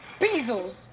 Bezos